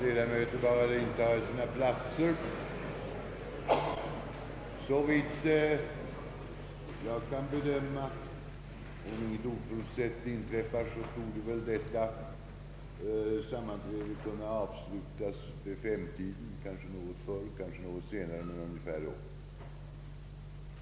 Om inget oförutsett inträffar, torde dagens sammanträde kunna avslutas omkring kl. 17.